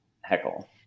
heckle